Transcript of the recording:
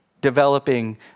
developing